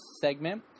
segment